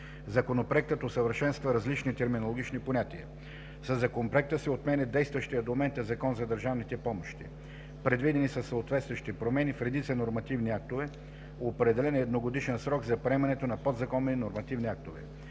Законопроектът усъвършенства различни терминологични понятия. Със Законопроекта се отменя действащия до момента Закон за държавните помощи. Предвидени са съответстващи промени в редица нормативни актове. Определен е едногодишен срок за приемането на подзаконови нормативни актове.